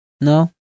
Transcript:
No